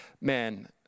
man